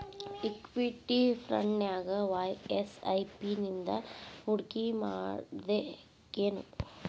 Equity ಫ್ರಂಟ್ನ್ಯಾಗ ವಾಯ SIP ನಿಂದಾ ಹೂಡ್ಕಿಮಾಡ್ಬೆಕೇನು?